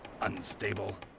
unstable